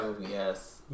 yes